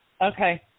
okay